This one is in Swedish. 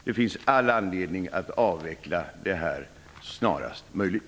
Det finns all anledning att avveckla det snarast möjligt.